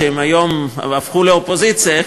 שהיום הפכו לאופוזיציה,